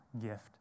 gift